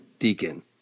deacon